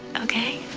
okay.